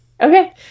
Okay